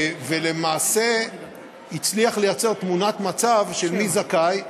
ולמעשה הצליח לייצר תמונת מצב של מי זכאי,